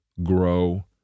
grow